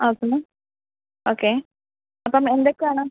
ആ പിന്നെ ഓക്കെ അപ്പം എന്തൊക്കെയാണ്